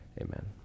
Amen